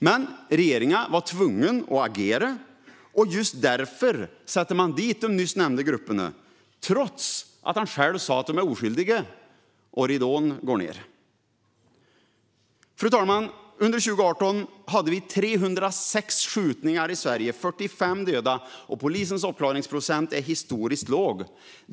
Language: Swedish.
Men regeringen var tvungen att agera. Just därför sätter man dit de nyss nämnda grupperna, trots att han själv sa att de är oskyldiga. Ridån går ned! Fru talman! Under 2018 hade vi 306 skjutningar i Sverige, 45 döda, och polisens uppklaringsprocent är historiskt låg.